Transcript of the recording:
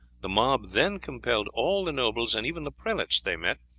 the mob then compelled all the nobles and even the prelates, they met,